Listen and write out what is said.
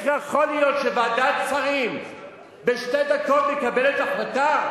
איך יכול להיות שוועדת שרים בשתי דקות מקבלת החלטה?